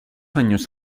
años